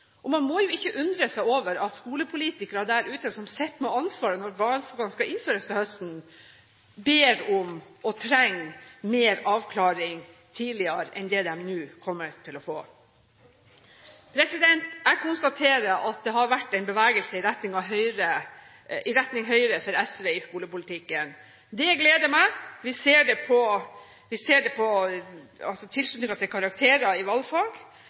Man må jo ikke undre seg over at skolepolitikere der ute som sitter med ansvaret når valgfagene skal innføres til høsten, ber om og trenger mer avklaring tidligere enn det de nå kommer til å få. Jeg konstaterer at det har vært en bevegelse i retning Høyre for SV i skolepolitikken. Det gleder meg. Vi ser det på tilslutningen til karakterer i valgfag. Og hvis jeg skal si at er det